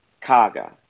Kaga